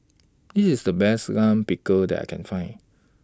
This IS The Best Lime Pickle that I Can Find